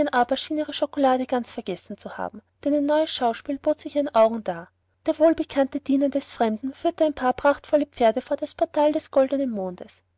aber schien ihre schokolade ganz vergessen zu haben denn ein neues schauspiel bot sich ihren augen dar der wohlbekannte diener des fremden führte ein paar prachtvolle pferde vor das portal des goldenen mondes